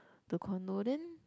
the condo then